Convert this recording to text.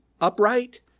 upright